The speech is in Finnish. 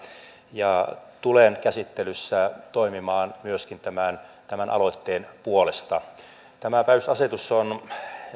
ja tulen käsittelyssä toimimaan myöskin tämän tämän aloitteen puolesta tämä päivystysasetus on